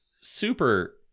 super